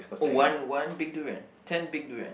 oh one one big durian ten big durian